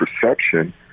perception